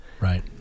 Right